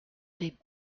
they